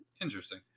Interesting